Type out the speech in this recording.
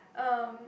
um